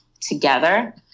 together